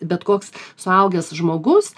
bet koks suaugęs žmogus